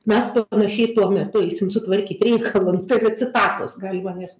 mes pa panašiai tuo metu eisim sutvarkyt reikalo nu tai yra citatos galima jas